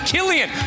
Killian